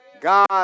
God